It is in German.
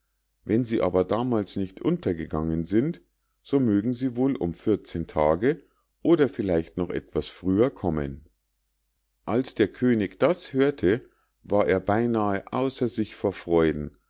wenn sie aber damals nicht untergegangen sind so mögen sie wohl um vierzehn tage oder vielleicht noch etwas früher kommen als der könig das hörte war er beinahe außer sich vor freuden